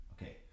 Okay